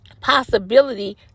possibility